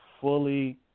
fully